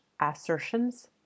assertions